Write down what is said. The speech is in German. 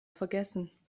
vergessen